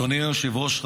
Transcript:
אדוני היושב-ראש,